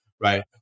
right